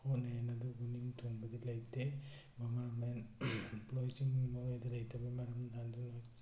ꯍꯣꯠꯅꯩꯅ ꯑꯗꯨꯕꯨ ꯅꯤꯡ ꯊꯨꯡꯕꯗꯤ ꯂꯩꯇꯦ ꯒꯣꯕꯔꯃꯦꯟ ꯑꯦꯝꯄ꯭ꯂꯣꯏꯁꯤꯡ ꯃꯣꯔꯦꯗ ꯂꯩꯇꯕꯒꯤ ꯃꯔꯝꯅ ꯑꯗꯨ